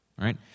right